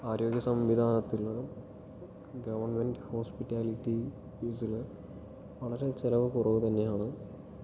ആരോഗ്യ സംവിധാനത്തിൽ ഉള്ളതും ഗവൺമെൻറ് ഹോസ്പിറ്റാലിറ്റീസിയിൽ വളരെ ചിലവ് കുറവ് തന്നെയാണ്